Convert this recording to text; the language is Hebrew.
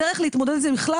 הדרך להתמודד עם זה בכלל,